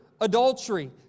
adultery